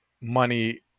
money